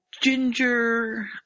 ginger